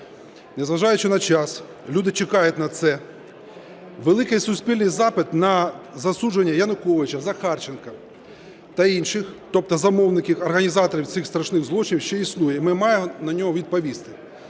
Незважаючи на час, люди чекають на це, великий суспільний запит на засудження Януковича, Захарченка та інших, тобто замовників, організаторів цих страшних злочинів ще існує, і ми маємо на нього відповісти.